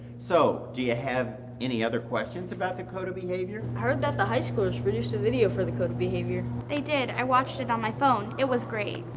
so, do you have any other questions about the code of behavior? i heard that the high schoolers produced the video for the code of behavior. they did, i watched it on my phone. it was great.